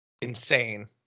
Insane